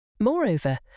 Moreover